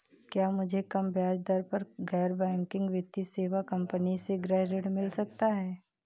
क्या मुझे कम ब्याज दर पर गैर बैंकिंग वित्तीय सेवा कंपनी से गृह ऋण मिल सकता है?